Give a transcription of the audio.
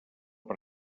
per